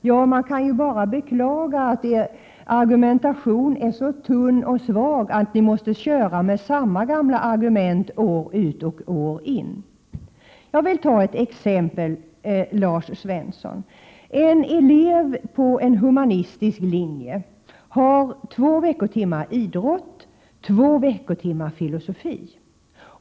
Ja, man kan bara beklaga att er argumentation är så tunn och svag att ni måste köra med samma gamla argument år ut och år in. Jag vill ta ett exempel, Lars Svensson. En elev på en humanistisk linje har två veckotimmar idrott och två veckotimmar filosofi.